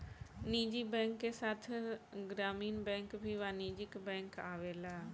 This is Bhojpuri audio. निजी बैंक के साथ साथ ग्रामीण बैंक भी वाणिज्यिक बैंक आवेला